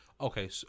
Okay